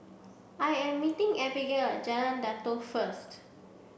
I am meeting Abigale Jalan Datoh first